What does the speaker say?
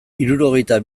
hirurogeita